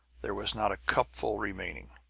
there was not a cupful remaining.